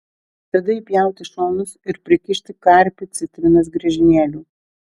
tada įpjauti šonus ir prikišti karpį citrinos griežinėlių